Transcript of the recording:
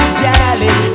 darling